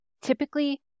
Typically